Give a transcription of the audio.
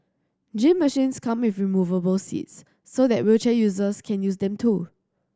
gym machines come with removable seats so that wheelchair users can use them too